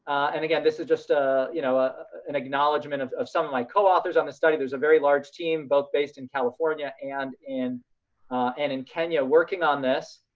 and again, this is just ah you know ah ah an acknowledgement of of some of my co-authors on the study. there's a very large team, both based in california and in and in kenya working on this,